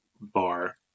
bar